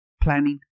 Planning